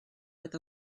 with